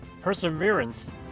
Perseverance